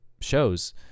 shows